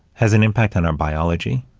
has an impact on our biology.